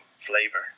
flavor